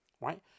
right